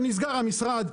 ועד שנסגר המשרד,